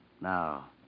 Now